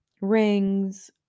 rings